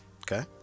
Okay